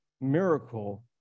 miracle